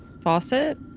faucet